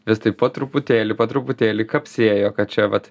vis taip po truputėlį po truputėlį kapsėjo kad čia vat